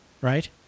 Right